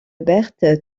berthe